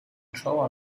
czoła